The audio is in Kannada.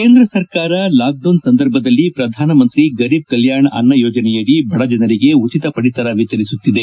ಕೇಂದ್ರ ಸರ್ಕಾರ ಲಾಕ್ವೌನ್ ಸಂದರ್ಭದಲ್ಲಿ ಶ್ರಧಾನಮಂತ್ರಿ ಗರೀಬ್ ಕಲ್ಲಾಣ್ ಅನ್ನ ಯೋಜನೆಯಡಿ ಬಡಜನರಿಗೆ ಉಚಿತ ಪಡಿತರ ವಿತರಿಸುತ್ತಿದೆ